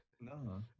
No